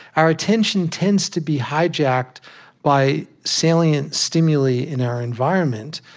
our attention tends to be hijacked by salient stimuli in our environment.